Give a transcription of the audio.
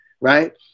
Right